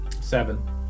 Seven